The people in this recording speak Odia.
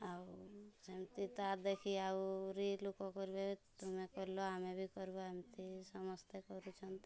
ଆଉ ସେମିତି ତା ଦେଖି ଆହୁରି ଲୋକ କହିଲେ ତୁମେ କଲ ଆମେ ବି କରିବା ଏମିତି ସମସ୍ତେ କରୁଛନ୍ତି